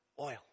Oil